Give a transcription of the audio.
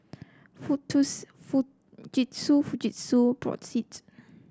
Fujitsu Fujitsu Brotzeit